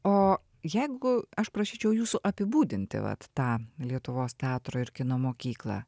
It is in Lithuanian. o jeigu aš prašyčiau jūsų apibūdinti vat tą lietuvos teatro ir kino mokyklą